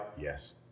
Yes